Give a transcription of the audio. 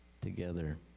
together